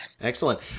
excellent